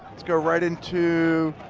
let's go right into